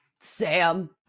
Sam